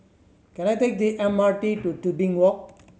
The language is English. can I take the M R T to Tebing Walk